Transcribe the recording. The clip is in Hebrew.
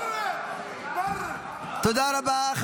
תודה רבה.